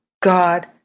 God